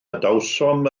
adawsom